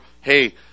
hey